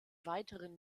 weiteren